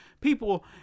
people